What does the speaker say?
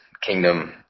kingdom